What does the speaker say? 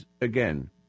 again